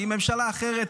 כי ממשלה אחרת,